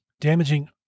Damaging